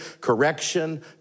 correction